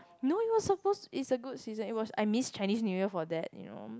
no it was supposed it's a good season it was I miss Chinese New Year for that you know